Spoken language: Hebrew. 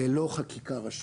ללא חקיקה ראשית.